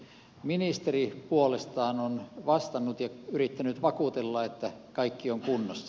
ministeri puolestaan on vastannut ja yrittänyt vakuutella että kaikki on kunnossa